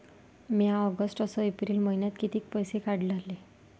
म्या ऑगस्ट अस एप्रिल मइन्यात कितीक पैसे काढले?